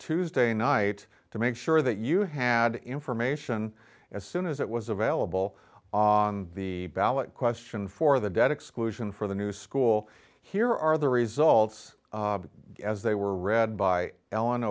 tuesday night to make sure that you had information as soon as it was available on the ballot question for the debt exclusion for the new school here are the results as they were read by ellen